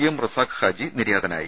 M Razak Haji നിര്യാതനായി